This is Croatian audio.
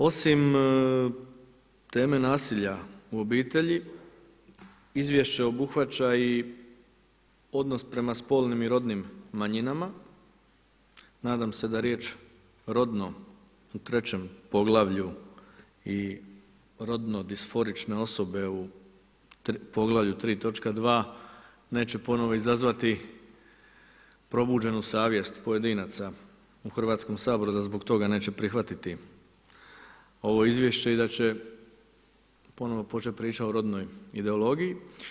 Osim teme nasilja u obitelji, izvješće obuhvaća i odnos prema spolnim i rodnim manjinama, nadam se da je riječ rodno u trećem poglavlju i rodno disforične osobe u poglavlju 3, točka 2. neće ponovo izazvati probuđenu savjest pojedinaca u Hrvatskom saboru, da zbog toga neće prihvatiti ovo izvješće i da će ponovo počet pričat o rodnoj ideologiji.